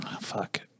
Fuck